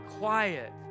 Quiet